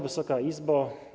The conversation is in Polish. Wysoka Izbo!